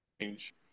change